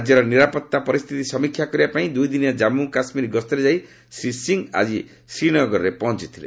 ରାଜ୍ୟର ନିରାପତ୍ତା ପରିସ୍ଥିତି ସମୀକ୍ଷା କରିବା ପାଇଁ ଦୁଇ ଦିନିଆ ଜାମ୍ମୁ କାଶ୍ମୀର ଗସ୍ତରେ ଯାଇ ଶ୍ରୀ ସିଂ ଆଜି ଶ୍ରୀନଗରରେ ପହଞ୍ଚିଥିଲେ